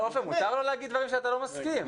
עופר, מותר לו להגיד דברים שאתה לא מסכים איתם.